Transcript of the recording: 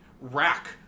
rack